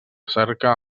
cerca